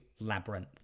Labyrinth